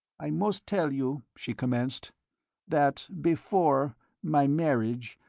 i must tell you, she commenced that before my marriage,